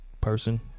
person